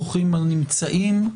ברוכים הנמצאים.